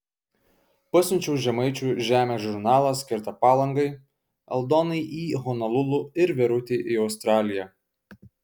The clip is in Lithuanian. pasiunčiau žemaičių žemės žurnalą skirtą palangai aldonai į honolulu ir verutei į australiją